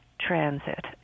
transit